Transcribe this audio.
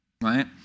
Right